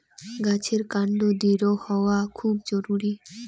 গাছের কান্ড দৃঢ় হওয়া খুব জরুরি